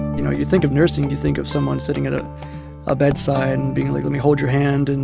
you know, you think of nursing you think of someone sitting at a ah bedside and being, like, let me hold your hand. and